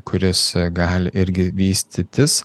kuris gali irgi vystytis